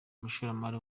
umushoramari